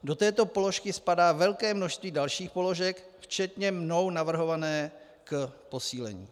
Do této položky spadá velké množství dalších položek, včetně mnou navrhované k posílení.